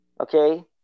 Okay